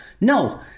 No